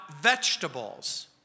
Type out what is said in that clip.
vegetables